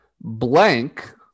Blank